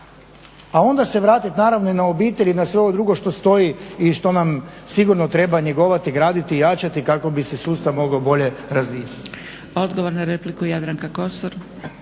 a onda se vratit naravno i na obitelj i na sve ovo drugo što stoji i što nam sigurno treba njegovati, graditi, jačati kako bi se sustav mogao bolje razvijati.